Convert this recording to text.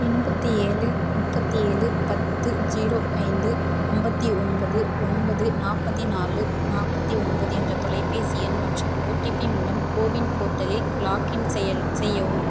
எண்பத்து ஏழு முப்பத்தி ஏழு பத்து ஜீரோ ஐந்து ஐம்பத்தி ஒன்பது ஒன்பது நாற்பத்தி நாலு நாற்பத்தி ஒன்பது என்ற தொலைபேசி எண் மற்றும் ஓடிபி மூலம் கோவின் போர்ட்டலில் லாக்இன் செய்லா செய்யவும்